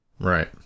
right